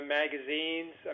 magazines